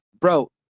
bro